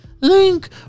Link